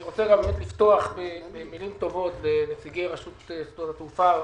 אני רוצה לפתוח במילים טובות לנציגי רשות שדות התעופה,